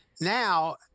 now